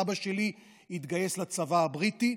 סבא שלי התגייס לצבא הבריטי,